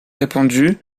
répandues